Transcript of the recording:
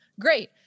Great